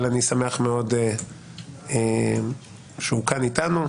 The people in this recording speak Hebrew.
אבל אני שמח מאוד שהוא כאן איתנו.